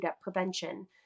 prevention